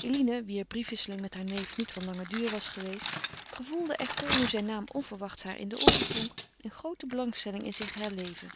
eline wier briefwisseling met haren neef niet van langen duur was geweest gevoelde echter nu zijn naam onverwachts haar in de ooren klonk eene groote belangstelling in zich herleven